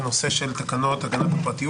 אנחנו היום בנושא של תקנות הגנת הפרטיות